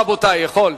רבותי, יכול.